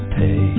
pay